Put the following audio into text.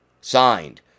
signed